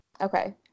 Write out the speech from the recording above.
Okay